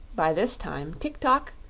by this time, tok-tok,